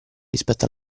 rispetto